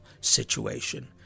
situation